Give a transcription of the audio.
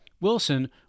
Wilson